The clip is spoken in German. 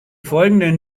folgenden